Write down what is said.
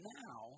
now